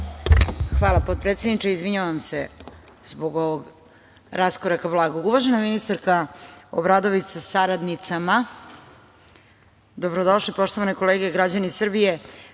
Hvala, potpredsedniče. Izvinjavam se zbog ovog blagog raskoraka. Uvažena ministarko Obradović sa saradnicama, dobrodošle. Poštovane kolege, građani Srbije,